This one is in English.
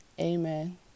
amen